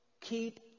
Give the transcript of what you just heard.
Keep